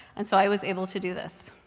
and so i was able to do this.